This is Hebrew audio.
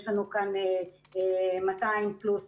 יש לנו כאן 200 פלוס